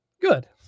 good